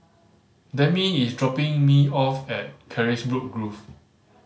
Demi is dropping me off at Carisbrooke Grove